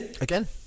Again